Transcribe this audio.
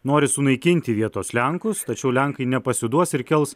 nori sunaikinti vietos lenkus tačiau lenkai nepasiduos ir kels